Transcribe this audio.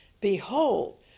Behold